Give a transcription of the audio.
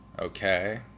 okay